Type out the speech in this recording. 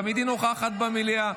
תמיד היא נוכחת במליאה.